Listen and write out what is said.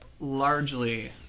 Largely